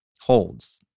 holds